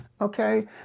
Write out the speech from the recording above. Okay